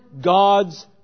God's